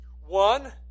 One